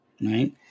right